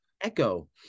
echo